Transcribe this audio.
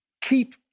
keep